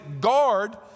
guard